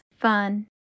fun